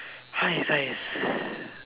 sighs